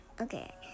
Okay